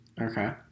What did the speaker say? Okay